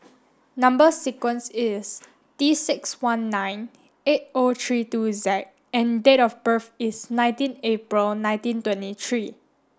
number sequence is T six one nine eight O three two Z and date of birth is nineteen April nineteen twenty three